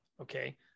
okay